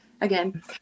again